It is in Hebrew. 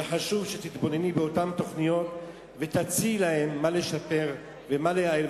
וחשוב שתתבונני באותן תוכניות ותציעי מה לשפר ומה לייעל.